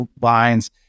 lines